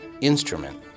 instrument